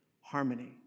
harmony